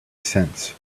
since